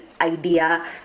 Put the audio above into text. idea